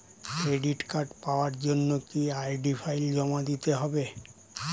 Credit card পাওয়ার জন্য কি আই.ডি ফাইল জমা দিতে হবে?